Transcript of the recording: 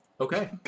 Okay